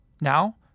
Now